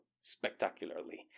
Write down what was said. spectacularly